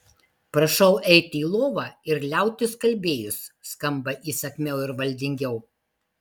prašau eiti į lovą ir liautis kalbėjus skamba įsakmiau ir valdingiau